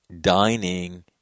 dining